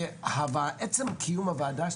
עצם קיום הוועדה שלך,